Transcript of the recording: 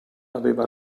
aveva